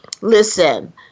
listen